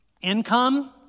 Income